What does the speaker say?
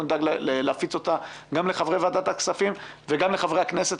אנחנו נדאג להפיץ אותה גם לחברי ועדת הכספים וגם לחברי הכנסת.